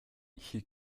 hier